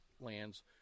lands